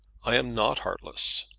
i am not heartless.